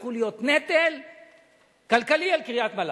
יהפכו להיות נטל כלכלי על קריית-מלאכי.